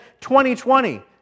2020